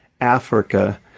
Africa